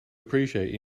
appreciate